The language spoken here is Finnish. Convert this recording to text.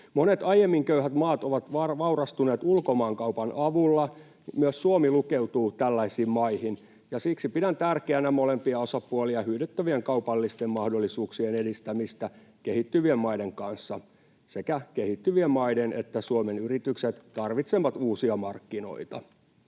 Monet aiemmin köyhät maat ovat vaurastuneet ulkomaankaupan avulla. Myös Suomi lukeutuu tällaisiin maihin, ja siksi pidän tärkeänä molempia osapuolia hyödyttävien kaupallisten mahdollisuuksien edistämistä kehittyvien maiden kanssa. Sekä kehittyvien maiden että Suomen yritykset tarvitsevat uusia markkinoita.